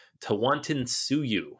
Tawantinsuyu